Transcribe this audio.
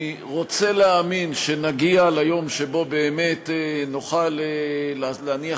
אני רוצה להאמין שנגיע ליום שבו באמת נוכל להניח